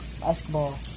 basketball